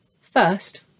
first